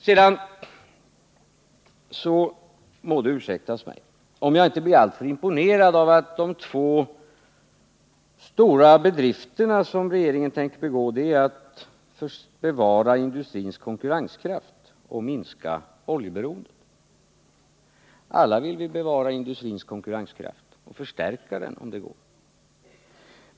Sedan må det ursäktas mig om jag inte blir alltför imponerad av att de två stora bedrifter som regeringen tänkt begå är att bevara industrins konkurrenskraft och minska oljeberoendet. Alla vill vi bevara industrins konkurrenskraft och förstärka den, om det går.